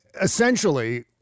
Essentially